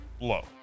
Low